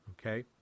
Okay